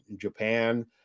japan